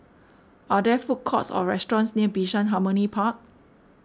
are there food courts or restaurants near Bishan Harmony Park